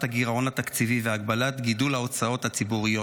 הגירעון התקציבי והגבלת גידול ההוצאות הציבוריות.